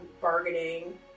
bargaining